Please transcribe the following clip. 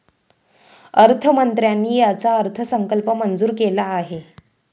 अर्थमंत्र्यांनी याचा अर्थसंकल्प मंजूर केला आहे